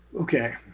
Okay